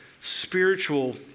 spiritual